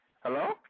Hello